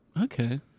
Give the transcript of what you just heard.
Okay